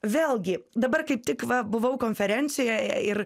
vėlgi dabar kaip tik va buvau konferencijoje ir